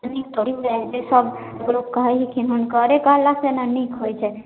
एनी थोड़े बुझै छै सबलोक कहै हखिन हुनकरे कहलासँ ने नीक होइ छै